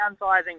downsizing